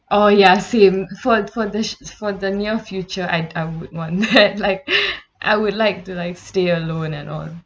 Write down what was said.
oh ya same for for the s~ for the near future I'd I would want that like I would like to like stay alone and all